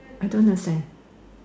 I don't understand